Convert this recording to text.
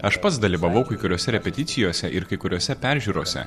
aš pats dalyvavau kai kuriose repeticijose ir kai kuriose peržiūrose